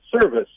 service